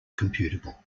computable